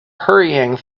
hurrying